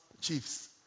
chiefs